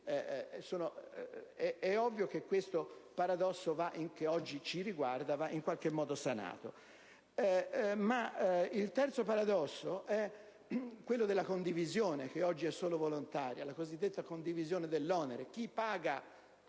ovvio che questo paradosso che oggi ci riguarda va in qualche modo sanato. Il terzo paradosso è quello della condivisione, che oggi è solo volontaria, la cosiddetta condivisione dell'onere.